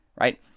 Right